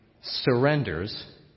surrenders